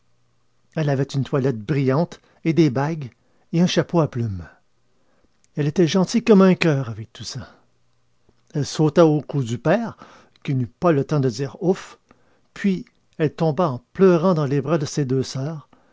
elle avait une toilette brillante et des bagues et un chapeau à plume elle était gentille comme un coeur avec tout ça elle sauta au cou du père qui n'eut pas le temps de dire ouf puis elle tomba en pleurant dans les bras de ses deux soeurs